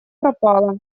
пропала